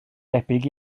debyg